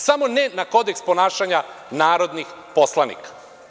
Samo ne na kodeks ponašanja narodnih poslanika.